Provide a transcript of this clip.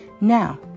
Now